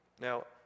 Now